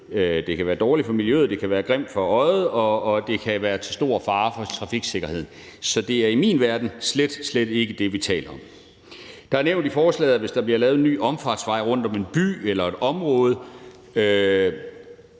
både kan være grimt for øjet og dårligt for miljøet, og det kan være til stor fare for trafiksikkerheden. Så det er i min verden slet, slet ikke det, vi taler om. Det er nævnt i forslaget, at hvis der bliver lavet en ny omfartsvej ved en by eller et område,